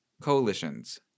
coalitions